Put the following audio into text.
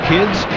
Kids